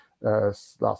last